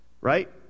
Right